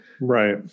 Right